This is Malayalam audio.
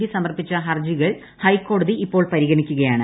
ഡി സമർപ്പിച്ച ഹർജികൾ ഹൈക്കോടതി ഇപ്പോൾ പരിഗണിക്കുകയാണ്